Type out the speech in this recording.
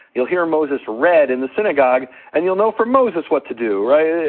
you'll hear moses read in the synagogue, and you'll know from moses what to do, right?